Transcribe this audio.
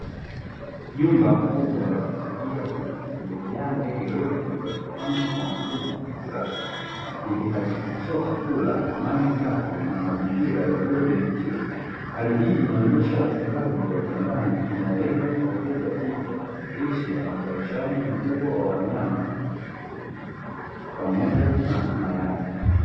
Jumba kubwa la kufugia kuku limejaa ndege wengi waliopangwa kwa mfumo wa kisasa, ikihakikisha chakula, maji safi na mazingira yaliyodhibitiwa. Hali hii inaonesha ufugaji wa kiwandani unaolenga kuongeza tija, lishe na uzalishaji mkubwa wa wanyama pamoja na mayai.